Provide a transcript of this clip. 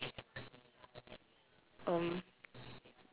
um